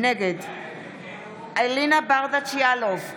נגד אלינה ברדץ' יאלוב,